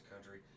country